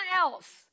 else